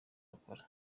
bakora